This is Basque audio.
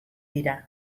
dira